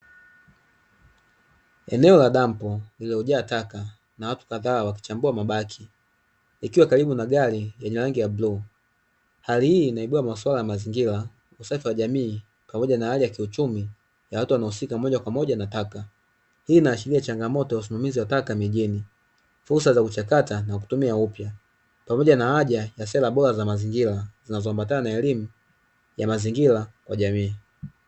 Eneo la dampo lililojaa taka na watu kadhaa wakichambua mabaki ikiwa karibu na gari lenye rangi ya bluu, hali hii inaibua maswala ya mazingira usafi wa jamii pamoja na hali ya kiuchumia ya watu wanaohusika moja kwa moja na taka. Hii inaashiria changamoto ya usimamizi wa taka mijini, fursa za kuchakata na kutumia upya pamoja na haja ya sera bora za mazingira zinazoambatana na elimu ya mazingira kwa jamii.